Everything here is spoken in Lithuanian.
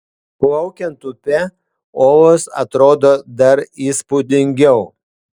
plaukiant upe olos atrodo dar įspūdingiau